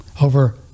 over